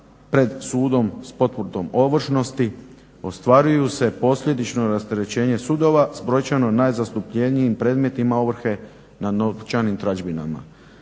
pred sudom s potvrdom ovršnosti ostvaruju se posljedično rasterećenje sudova s brojčano najzastupljenijim predmetima ovrhe nad novčanim tražbinama.